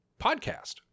podcast